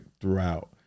throughout